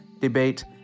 debate